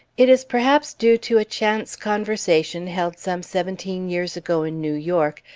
it is perhaps due to a chance conversation, held some seventeen years ago in new york,